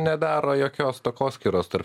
nedaro jokios takoskyros tarp